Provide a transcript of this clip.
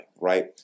right